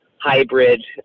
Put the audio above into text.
hybrid